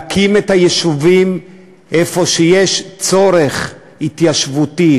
להקים את היישובים איפה שיש צורך התיישבותי,